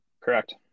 Correct